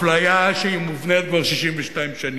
אפליה שהיא מובנית כבר 62 שנים.